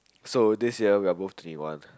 so this year we're move to new one